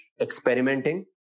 experimenting